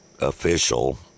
official